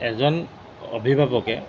এজন অভিভাৱকে